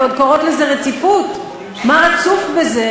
ועוד קוראות לזה "רציפות" מה רצוף בזה